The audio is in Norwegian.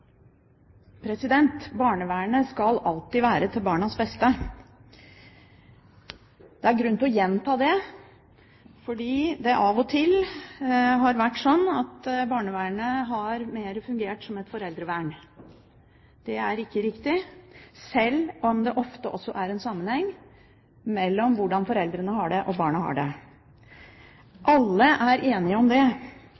barnevernet mer har fungert som et foreldrevern. Det er ikke riktig, sjøl om det ofte er en sammenheng mellom hvordan foreldrene har det, og hvordan barna har det. Alle er enige om det. På mange måter handler dette om